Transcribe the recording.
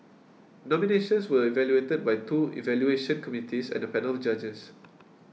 nominations were evaluated by two evaluation committees and a panel of judges